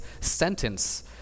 sentence